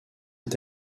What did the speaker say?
est